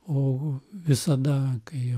o visada kai